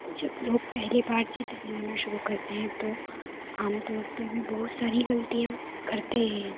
जब लोग पहले बार चित्र बनाना शुरू करते हैं तो आम तौर पे वे बहुत सारी ग़लतियाँ करते हैं